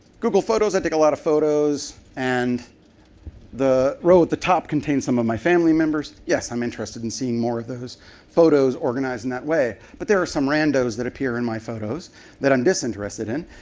google photos, i take a lot of photos and the row at the top contains some of my family members. yes, i'm interested in seeing more of those photos organized in that way, but there are some randos that appear in my photos that i'm disinterested in.